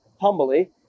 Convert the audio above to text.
humbly